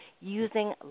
using